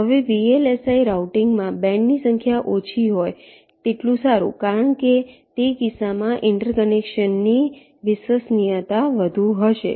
હવે VLSI રાઉટીંગમાં બેન્ડની સંખ્યા ઓછી હોય તેટલું સારું કારણ કે તે કિસ્સામાં ઇન્ટરકનેક્શનની વિશ્વસનીયતા વધુ હશે